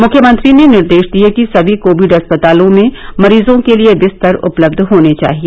मुख्यमंत्री ने निर्देश दिए कि समी कोविड अस्पतालों में मरीजों के लिए बिस्तर उपलब्ध होने चाहिए